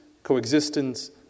Coexistence